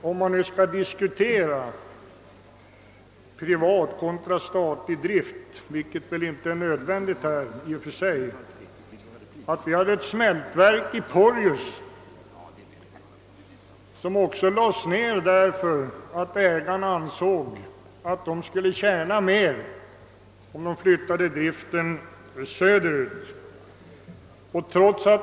Om man nu skall diskutera statlig drift kontra privat vilket väl inte i och för sig kan vara nödvändigt i detta sammanhang — vill jag erinra om att vi hade ett smältverk i Porjus som också lades ned därför att ägarna ansåg att de skulle tjäna mer om de flyttade före taget söderut.